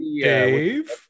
Dave